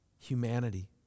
humanity